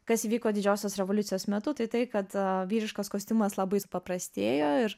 kas įvyko didžiosios revoliucijos metu tai tai kad vyriškas kostiumas labai supaprastėjo ir